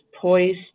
poised